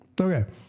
Okay